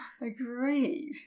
Agreed